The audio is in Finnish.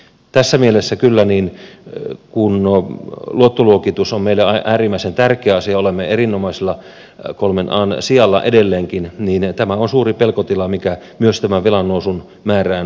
tässä mielessä kyllä kun luottoluokitus on meille äärimmäisen tärkeä asia olemme erinomaisella kolmen an sijalla edelleenkin niin tämä on suuri pelkotila mikä myös tämän velannousun määrään sisältyy